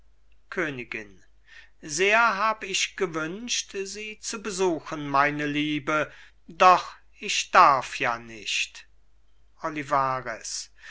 königin sehr hab ich gewünscht sie zu besuchen meine liebe doch ich darf ja nicht olivarez